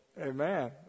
Amen